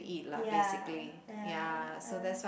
ya ya ah